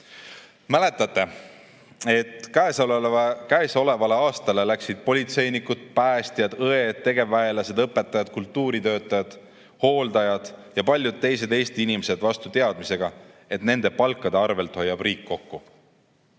seotud. Mäletate, et käesolevale aastale läksid politseinikud, päästjad, õed, tegevväelased, õpetajad, kultuuritöötajad, hooldajad ja paljud teised Eesti inimesed vastu teadmisega, et nende palkade arvel hoiab riik kokku